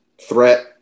threat